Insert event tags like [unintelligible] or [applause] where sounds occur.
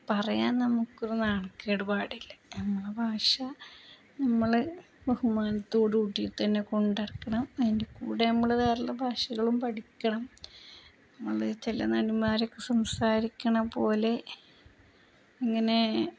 പറയാൻ നമുക്കൊരു നാണക്കേടു പാടില്ല നമ്മളെ ഭാഷ നമ്മള് ബഹുമാനത്തോടൂകൂടിയിട്ടു തന്നെ കൊണ്ടുനടക്കണം അതിന്റെ കൂടെ നമ്മള് വേറെയുള്ള ഭാഷകളും പഠിക്കണം നമ്മള് ചില [unintelligible] മാരൊക്കെ സംസാരിക്കുന്നതുപോലെ ഇങ്ങനെ